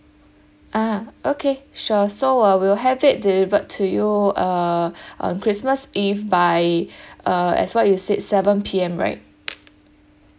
ah okay sure so uh we'll have it delivered to you uh on christmas eve by uh as what you said seven P_M right